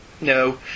No